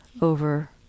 over